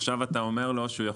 עכשיו אתה אומר לא,